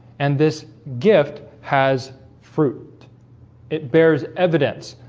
and this gift has fruit it bears evidence.